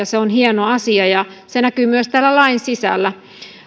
se on hieno asia ja se näkyy myös täällä lain sisällä